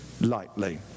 lightly